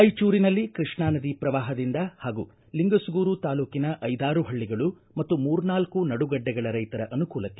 ರಾಯಚೂರಿನಲ್ಲಿ ಕೃಷ್ಣಾ ನದಿ ಪ್ರವಾಹದಿಂದ ಹಾಗೂ ಲಿಂಗಸುಗೂರು ತಾಲೂಕಿನ ಐದಾರು ಹಳ್ಳಿಗಳು ಮತ್ತು ಮೂರ್ನಾಲ್ಕು ನಡುಗಡ್ಡೆಗಳ ರೈತರ ಅನುಕೂಲಕ್ಕೆ